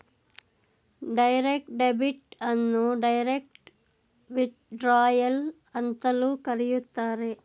direct debit ಅನ್ನು direct withdrawal ಅಂತಲೂ ಕರೆಯುತ್ತಾರೆ